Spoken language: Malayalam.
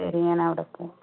ശരി ഞാനവിടെ നിൽക്കാം